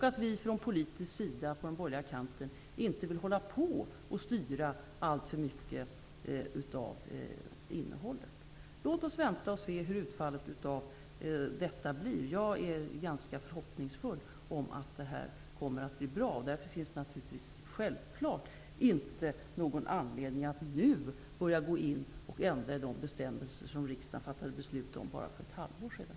Från politisk sida, på den borgerliga kanten, vill vi inte hålla på och styra alltför mycket av innehållet. Låt oss vänta och se hur utfallet blir. Jag är ganska förhoppningsfull och tror att det här kommer att bli bra. Det finns självfallet ingen anledning att nu börja ändra i de bestämmelser som riksdagen fattade beslut om för bara ett halvår sedan.